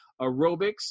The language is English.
aerobics